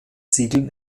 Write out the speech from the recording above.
ziegeln